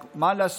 רק מה לעשות,